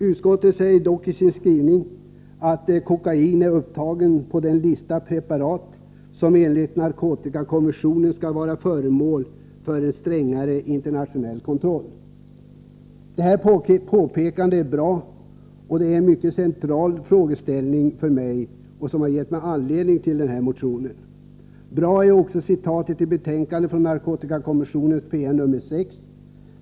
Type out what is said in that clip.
Utskottet säger i sin skrivning att kokain är upptagen på den lista över preparat som enligt narkotikakonventionen skall vara föremål för strängaste internationella kontroll. Detta påpekande är bra. Det berör en för mig mycket central frågeställning, som har gett mig anledning att väcka motionen. Bra är också citatet i betänkandet från narkotikakommissionens PM nr 6.